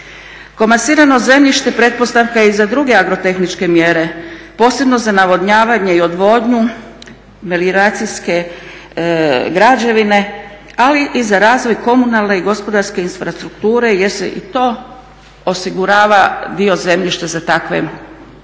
Komasirano zemljište pretpostavka je i za druge agrotehničke mjere, posebno za navodnjavanje i odvodnju, melioracijske građevine, ali i za razvoj komunalne i gospodarske infrastrukture jer se i to osigurava dio zemljišta za takve namjene.